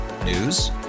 News